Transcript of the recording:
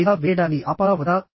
వాయిదా వేయడాన్ని ఆపాలా వద్దా